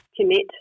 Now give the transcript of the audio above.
commit